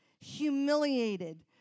humiliated